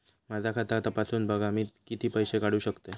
माझा खाता तपासून बघा मी किती पैशे काढू शकतय?